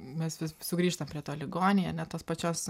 mes vis sugrįžtam prie to ligoniai ane tos pačios